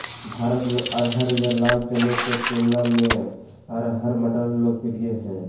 भारत में अरहर या लाल चने के तुलना में अरहर मटर लोकप्रिय हइ